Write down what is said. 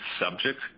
subject